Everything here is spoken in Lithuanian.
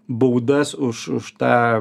baudas už už tą